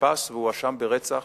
נתפס ומואשם ברצח,